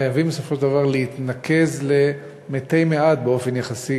חייבים בסופו של דבר להתנקז למתי מעט באופן יחסי,